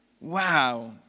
wow